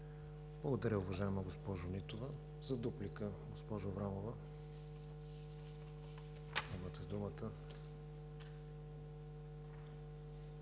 Благодаря, уважаема госпожо Нитова. За дуплика,